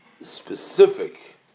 specific